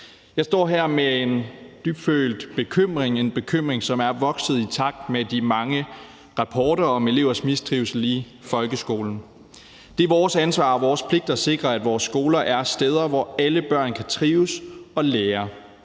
Jeg står her med en dybtfølt bekymring – en bekymring, som er vokset i takt med de mange rapporter om elevers mistrivsel i folkeskolen. Det er vores ansvar og vores pligt at sikre, at vores skoler er steder, hvor alle børn kan trives og lære.